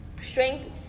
strength